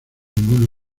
ningún